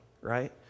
Right